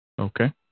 Okay